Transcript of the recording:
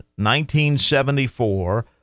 1974